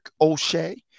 O'Shea